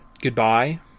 goodbye